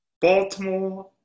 Baltimore